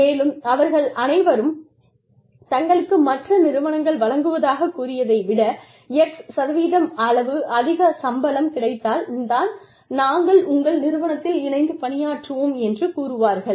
மேலும் அவர்கள் அனைவரும் தங்களுக்கு மற்ற நிறுவனங்கள் வழங்குவதாகக் கூறியதை விட x சதவீதம் அளவு அதிக சம்பளம் கிடைத்தால் தான் நாங்கள் உங்கள் நிறுவனத்தில் இணைந்து பணியாற்றுவோம் என்று கூறுவார்கள்